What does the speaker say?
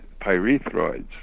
pyrethroids